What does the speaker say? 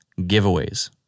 giveaways